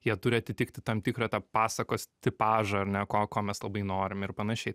jie turi atitikti tam tikrą tą pasakos tipažą ar ne ko ko mes labai norim ir panašiai